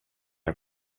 jag